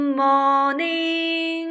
morning